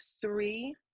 three